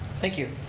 thank you.